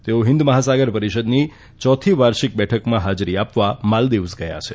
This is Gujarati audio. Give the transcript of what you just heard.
તેઓ હિંદ મહાસાગર પરિષદની ચોથી વાર્ષિક બેઠકમાં હાજરી આપવા માલ્દીવ્સ ગયા છે